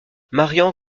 marian